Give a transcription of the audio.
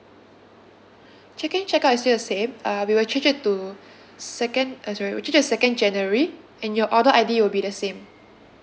check in check out is still the same uh we will change it to second uh sorry we'll change it to second january and your order I_D will be the same